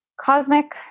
cosmic